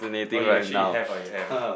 oh you actually have ah you have ah